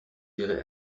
ihrer